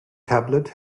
tablet